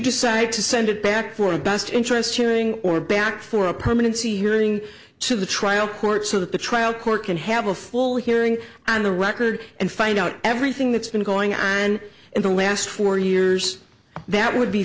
decide to send it back for a best interest hearing or back for a permanency hearing to the trial court so that the trial court can have a full hearing on the record and find out everything that's been going on and in the last four years that would be